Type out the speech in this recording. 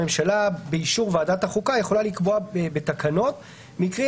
הממשלה באישור ועדת החוקה יכולה לקבוע בתקנות מקרים